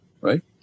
right